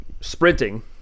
sprinting